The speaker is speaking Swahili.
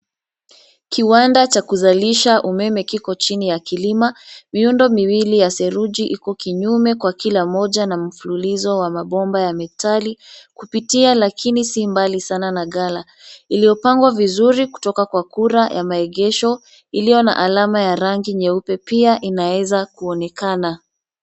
Kiwanda cha kuzalisha umeme kiko chini ya kilima. Miundo miwili ya saruji iko kinyume kwa kila mmoja na mfululizo wa mabomba ya metali kupitia lakini si mbali sana na gala. Iliyo pangwa vizuri kutoka kwa kura ya maegesho iliyo na alama ya rangi nyeupe pia inaweza kuonekana.